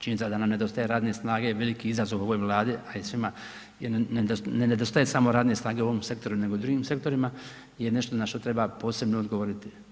Činjenica da nam nedostaje radne snage je veliki izazov ovoj Vladi a i svima jer ne nedostaje samo radne snage u ovom sektoru nego i u drugim sektorima je nešto na što treba posebno odgovoriti.